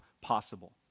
possible